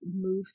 move